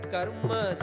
Karma